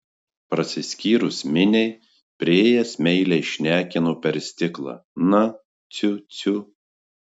prasiskyrus miniai priėjęs meiliai šnekino per stiklą na ciu ciu